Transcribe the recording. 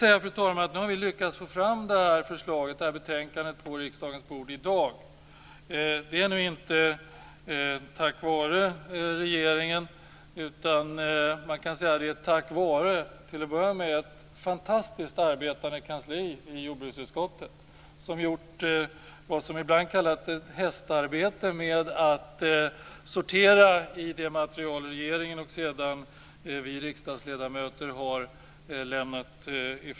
Det är inte tack vare regeringen som vi har lyckats få fram det här betänkandet och få det på riksdagens bord i dag, utan det har kunnat ske till att börja med tack vare ett fantastiskt arbetande kansli i jordbruksutskottet, som gjort vad som kan kallas för ett hästarbete när det gällt att sortera i det material som regeringen och sedan vi riksdagsledamöter har avlämnat.